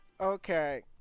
Okay